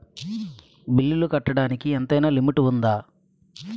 బిల్లులు కట్టడానికి ఎంతైనా లిమిట్ఉందా?